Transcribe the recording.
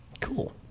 Cool